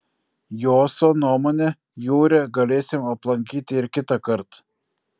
joso nuomone jūrę galėsim aplankyti ir kitąkart